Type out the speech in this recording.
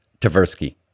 Tversky